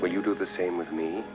when you do the same with me